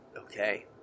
okay